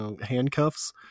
handcuffs